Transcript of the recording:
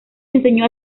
enseñó